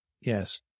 Yes